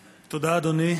תודה, אדוני.